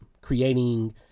creating